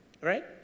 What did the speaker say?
Right